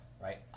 Right